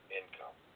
income